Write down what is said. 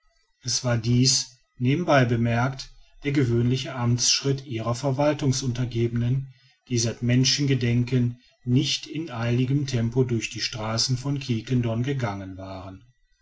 es war dies nebenbei bemerkt der gewöhnliche amtsschritt ihrer verwaltungsuntergebenen die seit menschengedenken nicht in eiligem tempo durch die straßen von quiquendone gegangen waren